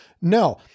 no